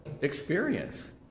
experience